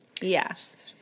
yes